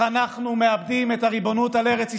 אנחנו מאבדים את הריבונות על ארץ ישראל,